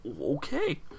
okay